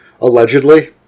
allegedly